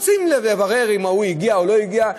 רוצים לברר אם הוא הגיע או לא הגיע,